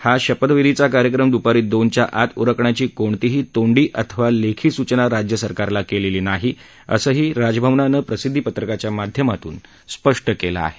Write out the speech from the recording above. हा शपथविधीचा कार्यक्रम दुपारी दोनच्या आत उरकण्याची कोणतीही तोंडी अथवा लेखी सुचना राज्य सरकारला केलेली नाही असंही राजभवनानं प्रसिदधिपत्रकाच्या माध्यमातून स्पष्ट केलं आहे